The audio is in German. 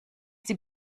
sie